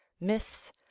myths